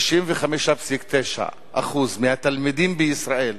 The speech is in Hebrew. ש-65.9% מהתלמידים בישראל